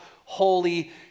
Holy